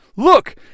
Look